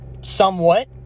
somewhat